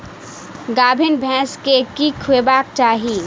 गाभीन भैंस केँ की खुएबाक चाहि?